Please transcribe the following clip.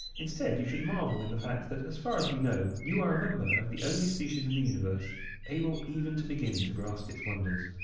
instead, you should marvel in the fact that, as far as we know, you are a member of the only species in the universe able even to begin to grasp its wonders,